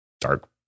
dark